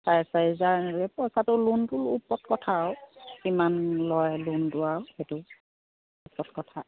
চাৰে চাৰি হাজাৰ পইচাটো লোনটোৰ ওপৰত কথা আৰু কিমান লয় লোনটো আৰু সেইটোৰ ওপৰত কথা